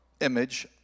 image